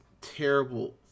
terrible